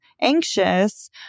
anxious